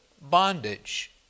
bondage